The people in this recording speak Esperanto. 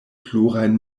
plurajn